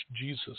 Jesus